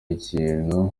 ikintu